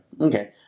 Okay